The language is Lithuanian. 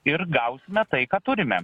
ir gausime tai ką turime